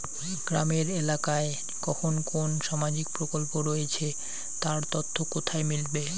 গ্রামের এলাকায় কখন কোন সামাজিক প্রকল্প রয়েছে তার তথ্য কোথায় মিলবে?